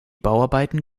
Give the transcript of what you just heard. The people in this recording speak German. bauarbeiten